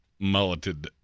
mulleted